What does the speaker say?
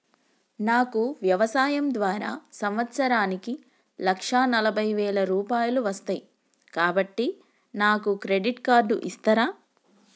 నాకు వ్యవసాయం ద్వారా సంవత్సరానికి లక్ష నలభై వేల రూపాయలు వస్తయ్, కాబట్టి నాకు క్రెడిట్ కార్డ్ ఇస్తరా?